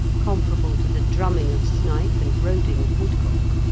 comparable to the drumming of snipe and roding of woodcock,